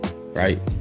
right